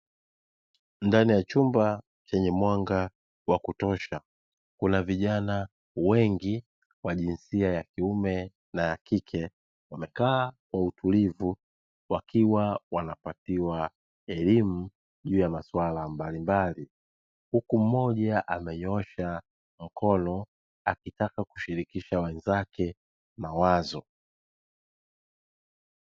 Ndani ya chumba chenye mwanga wa kutosha kuna vijana wengi wa jinsia ya kiume na ya kike wamekaa kwa utulivu wakiwa wanapatiwa elimu juu ya masuala mbalimbali, huku mmoja amenyoosha mkono akitaka kushirikisha wenzake mawazo.